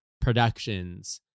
productions